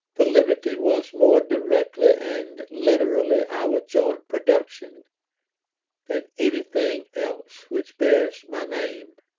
the liberty was more directly and literally our joint production than anything else which bears my name,